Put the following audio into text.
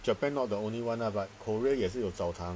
japan hor the only one lah but korea 也是有澡堂